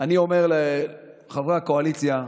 אני אומר לחברי הקואליציה,